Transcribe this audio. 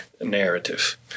narrative